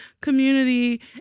community